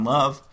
Love